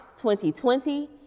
2020